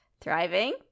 thriving